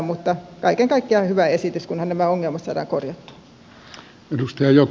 mutta kaiken kaikkiaan hyvä esitys kunhan nämä ongelmat saadaan korjattua